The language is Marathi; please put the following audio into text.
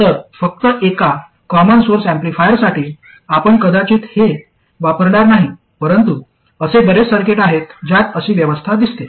तर फक्त एका कॉमन सोर्स ऍम्प्लिफायरसाठी आपण कदाचित हे वापरणार नाही परंतु असे बरेच सर्किट आहेत ज्यात अशी व्यवस्था दिसते